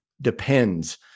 depends